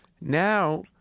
Now